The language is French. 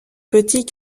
petit